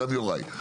גם יוראי.